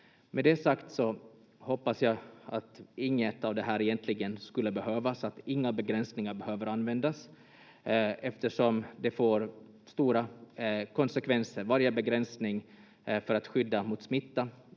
Med det sagt hoppas jag att inget av det här egentligen skulle behövas, att inga begränsningar behöver användas, eftersom det får stora konsekvenser. Varje begränsning för att skydda mot smitta